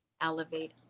elevate